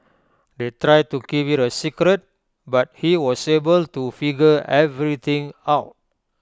they tried to keep IT A secret but he was able to figure everything out